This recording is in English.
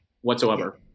whatsoever